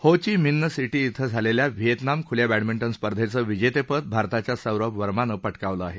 हो Chi Minh City इथं झालेल्या व्हिएतनाम ख्ल्या बॅडमिंटन स्पर्धेचं विजेतेपद भारताच्या सौरभ वर्मानं पटकावलं आहे